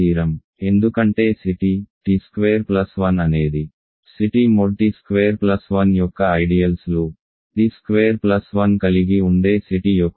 correspondence theorem ఎందుకంటే C t t square plus 1 అనేది C t mod t square plus 1 యొక్క ideals లు t square plus 1 కలిగి ఉండే C t యొక్క ఐడియల్స్